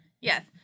Yes